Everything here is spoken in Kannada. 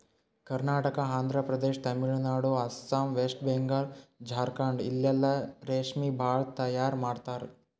ಕರ್ನಾಟಕ, ಆಂಧ್ರಪದೇಶ್, ತಮಿಳುನಾಡು, ಅಸ್ಸಾಂ, ವೆಸ್ಟ್ ಬೆಂಗಾಲ್, ಜಾರ್ಖಂಡ ಇಲ್ಲೆಲ್ಲಾ ರೇಶ್ಮಿ ಭಾಳ್ ತೈಯಾರ್ ಮಾಡ್ತರ್